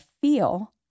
feel